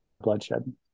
bloodshed